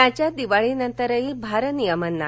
राज्यात दिवाळीनंतरही भारनियमन नाही